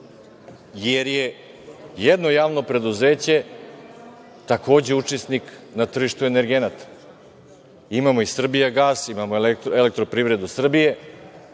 jer je jedno javno preduzeće takođe učesnik na tržištu energenata? Imamo i „Srbijagas“, imamo Elektroprivredu Srbije